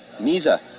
Misa